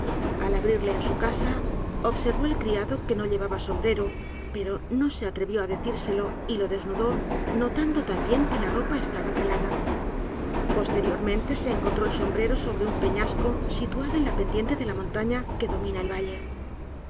al abrirle en su casa observó el criado que no llevaba sombrero pero no se atrevió á decírselo y lo desnudó notando también que la ropa estaba calada posteriormente se encontró el sombrero sobre un peñasco situado en la pendiente de la montaña que domina el valle